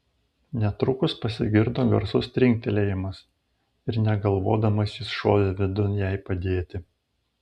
netrukus pasigirdo garsus trinktelėjimas ir negalvodamas jis šovė vidun jai padėti